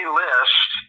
list